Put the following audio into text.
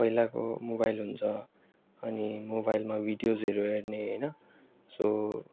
पहिलाको मोबाइल हुन्छ अनि मोबाइलमा भिडियोजहरू हेर्ने होइन सो